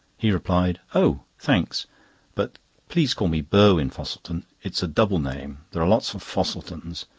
he replied oh! thanks but please call me burwin-fosselton. it is a double name. there are lots of fosseltons,